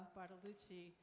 Bartolucci